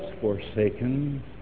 forsaken